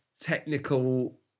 technical